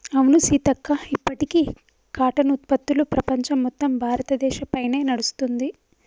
అవును సీతక్క ఇప్పటికీ కాటన్ ఉత్పత్తులు ప్రపంచం మొత్తం భారతదేశ పైనే నడుస్తుంది